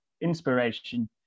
inspiration